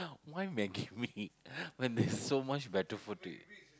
why maggi-mee when there's so much better food to eat